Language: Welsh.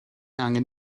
angen